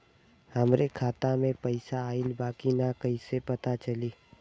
हमरे खाता में पैसा ऑइल बा कि ना कैसे पता चली?